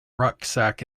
rucksack